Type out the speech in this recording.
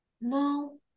No